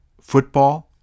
football